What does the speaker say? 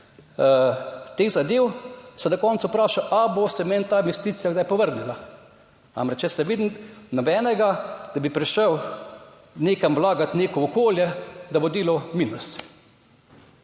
teh zadev, se na koncu vprašaš, ali bo se meni ta investicija kdaj povrnila? Namreč, jaz ne vidim nobenega, da bi prišel nekam vlagati, v neko okolje, da bo delal minus.